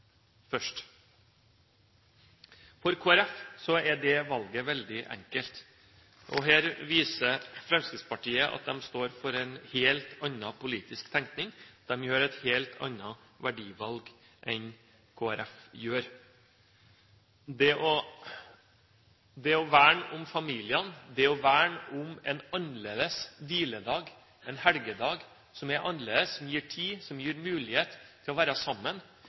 først? For Kristelig Folkeparti er det valget veldig enkelt. Her viser Fremskrittspartiet at de står for en helt annen politisk tenkning, de gjør et helt annet verdivalg enn Kristelig Folkeparti gjør. Det å verne om familiene, det å verne om en annerledes hviledag, en helgedag som er annerledes, som gir tid, som gir mulighet til å være sammen,